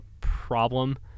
problem